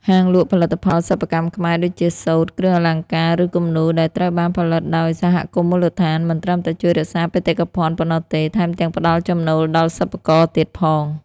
ហាងលក់ផលិតផលសិប្បកម្មខ្មែរ ដូចជាសូត្រ គ្រឿងអលង្ការ ឬគំនូរ ដែលត្រូវបានផលិតដោយសហគមន៍មូលដ្ឋាន មិនត្រឹមតែជួយរក្សាបេតិកភណ្ឌប៉ុណ្ណោះទេ ថែមទាំងផ្តល់ចំណូលដល់សិប្បករទៀតផង។